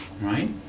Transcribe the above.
right